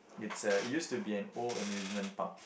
it's a used to be an old amusement park